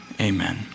amen